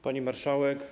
Pani Marszałek!